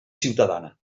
ciutadana